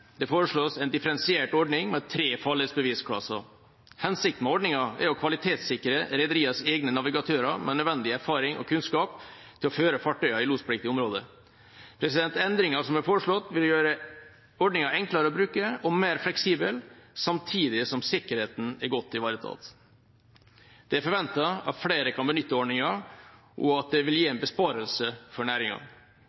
Det foreslås en differensiert ordning med tre farledsbevisklasser. Hensikten med ordninga er å kvalitetssikre rederienes egne navigatører med nødvendig erfaring og kunnskap til å føre fartøyer i lospliktig område. Endringene som er foreslått, vil gjøre ordninga enklere å bruke og mer fleksibel, samtidig som sikkerheten er godt ivaretatt. Det er forventet at flere kan benytte ordninga, og at det vil gi